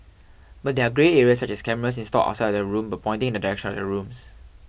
but there are grey areas such as cameras installed outside their rooms but pointing in the direction of their rooms